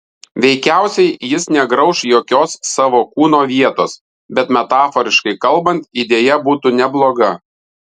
veikiausiai jis negrauš jokios savo kūno vietos bet metaforiškai kalbant idėja būtų nebloga